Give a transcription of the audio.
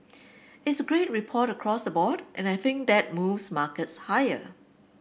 it's a great report across the board and I think that moves markets higher